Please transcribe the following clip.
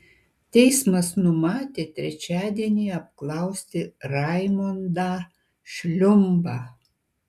teismas numatė trečiadienį apklausti raimondą šliumbą